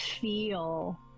feel